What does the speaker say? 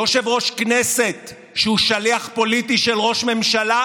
יושב-ראש כנסת שהוא שליח פוליטי של ראש ממשלה,